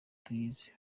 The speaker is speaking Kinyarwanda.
tuyizi